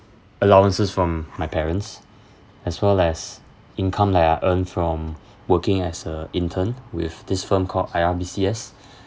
allowances from my parents as well as income like I earn from working as a intern with this firm called I_R_B_C_S